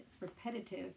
repetitive